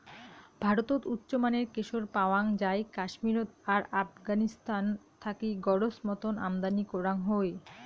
ভারতত উচ্চমানের কেশর পাওয়াং যাই কাশ্মীরত আর আফগানিস্তান থাকি গরোজ মতন আমদানি করাং হই